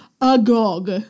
agog